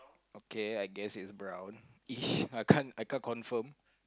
okay I guess it's brownish I can't I can't confirm